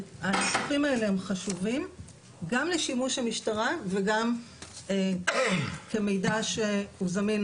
הניתוחים האלה הם חשובים גם לשימוש המשטרה וגם כמידע שהוא זמין